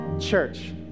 church